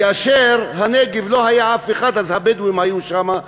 כאשר בנגב לא היה אף אחד, הבדואים היו שם.